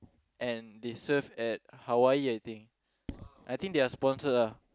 and they surf at Hawaii I think